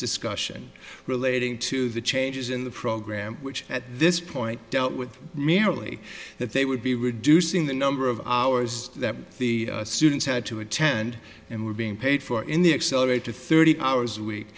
discussion relating to the changes in the program which at this point dealt with merely that they would be reducing the number of hours that the students had to attend and were being paid for in the accelerator thirty hours a week